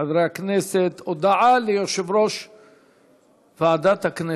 חברי הכנסת, הודעה ליושב-ראש ועדת הכנסת.